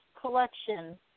collection